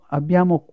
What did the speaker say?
abbiamo